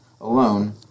alone